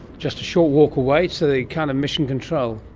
just a short walk away to the kind of mission control.